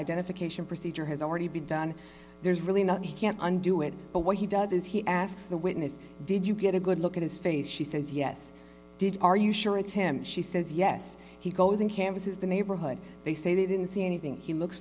identification procedure has already been done there's really nothing he can't undo it but what he does is he asks the witness did you get a good look at his face she says yes did are you sure it's him she says yes he goes in campuses the neighborhood they say they didn't see anything he looks